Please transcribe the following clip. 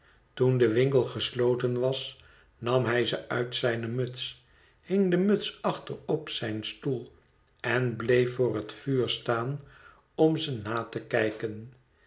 toen de winkel gesloten was nam hij ze uit zijne muts hing de muts achter op zijn stoel en bleef voor het vuur staan om ze na te kijken